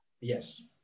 Yes